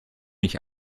mich